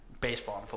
Baseball